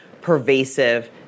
pervasive